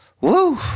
Woo